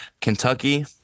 Kentucky